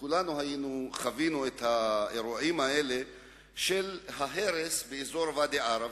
כולנו חווינו את האירועים הללו של ההרס באזור ואדי-עארה.